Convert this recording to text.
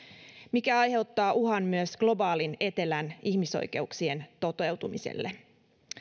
mikä aiheuttaa uhan myös globaalin etelän ihmisoikeuksien toteutumiselle